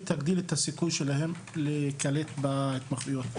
שתגדיל את הסיכוי שלהם להיקלט בהתמחויות.